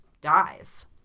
dies